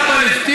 מי שהוא פלסטיני,